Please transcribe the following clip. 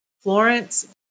Florence